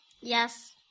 Yes